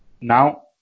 now